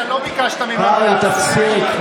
אתה לא ביקשת, אנא, הפסיקו.